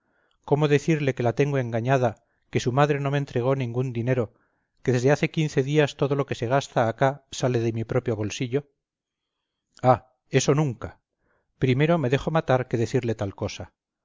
cómo decirle que la tengo engañada que su madre no me entregó ningún dinero que desde hace quince días todo lo que se gasta acá sale de mi propio bolsillo ah eso nunca primero me dejo matar que decirle tal cosa